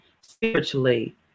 spiritually